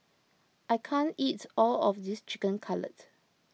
I can't eats all of this Chicken Cutlet